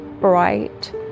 bright